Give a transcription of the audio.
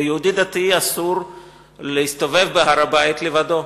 ליהודי דתי אסור להסתובב בהר-הבית לבדו.